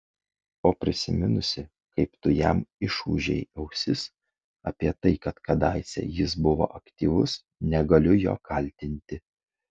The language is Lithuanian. o prisiminusi kaip tu jam išūžei ausis apie tai kad kadaise jis buvo aktyvus negaliu jo kaltinti